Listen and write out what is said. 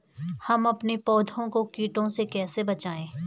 हम अपने पौधों को कीटों से कैसे बचाएं?